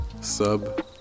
sub